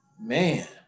man